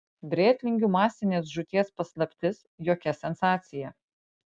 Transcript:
brėtlingių masinės žūties paslaptis jokia sensacija